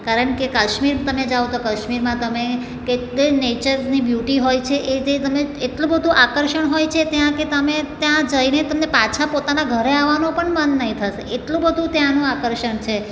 કારણ કે કાશ્મીર તમે જાઓ તો કશ્મીરમાં તમે કે કે નેચર્સની બ્યુટી હોય છે એ જે તમે એટલું બધું આકર્ષણ હોય છે ત્યાં કે તમે ત્યાં જઈને તમને પાછા પોતાના ઘરે આવાનું પણ મન નહીં થશે એટલું બધું ત્યાંનું આકર્ષણ છે